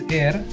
air